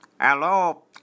Hello